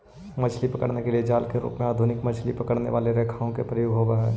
मछली पकड़ने के लिए जाल के रूप में आधुनिक मछली पकड़ने वाली रेखाओं का प्रयोग होवअ हई